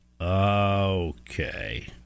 Okay